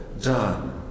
done